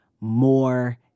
more